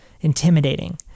intimidating